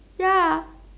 ya